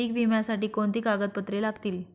पीक विम्यासाठी कोणती कागदपत्रे लागतील?